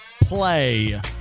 Play